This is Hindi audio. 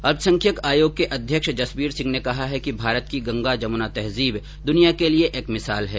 अल्प संख्यक आयोग के अध्यक्ष जसबीर सिंह ने कहा है कि भारत की गंगा जमुना तहजीब दुनिया के लिये एक मिसाल है